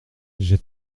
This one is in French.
j’ai